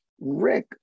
Rick